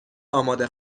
آماده